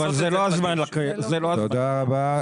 תודה רבה.